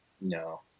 No